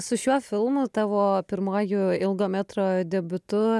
su šiuo filmu tavo pirmuoju ilgo metro debiutu